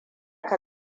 ka